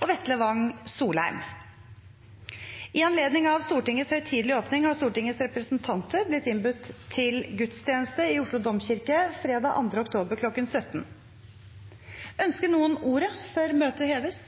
og Vetle Wang Soleim. I anledning av Stortingets høytidelige åpning har Stortingets representanter blitt innbudt til gudstjeneste i Oslo domkirke fredag 2. oktober kl. 17. Ønsker noen ordet før møtet heves?